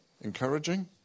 encouraging